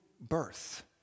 birth